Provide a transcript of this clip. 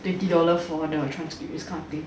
twenty dollar for the transcript this kind of thing